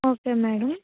okay madam